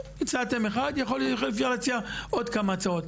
הצעתם אחד, אפשר להציע עוד כמה הצעות.